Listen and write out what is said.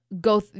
go